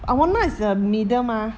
awana is the middle mah